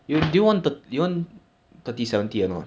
my dy~ my dyn~ my dynamica team O_P eh